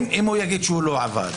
אם הוא יגיד שהוא לא עבד,